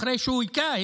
אחרי שהוא הכה,